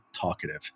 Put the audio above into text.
talkative